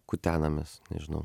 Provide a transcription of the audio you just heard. kutenamės nežinau